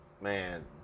man